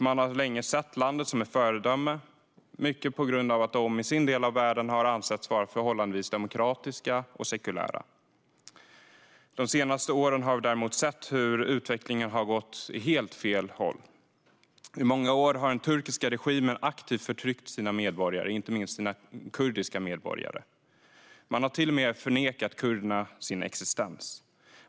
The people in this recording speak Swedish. Man har länge sett landet som ett föredöme, mycket på grund av att Turkiet i sin del av världen har ansetts vara förhållandevis demokratiskt och sekulärt. De senaste åren har vi dock sett hur utvecklingen har gått åt helt fel håll. I många år har den turkiska regimen aktivt förtryckt sina medborgare, inte minst sina kurdiska medborgare. Man har till och med förnekat kurderna deras existens.